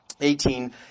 Eighteen